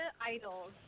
idols